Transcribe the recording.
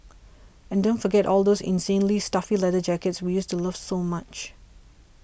and don't forget all those insanely stuffy leather jackets we used to love so much